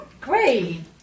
Great